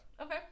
Okay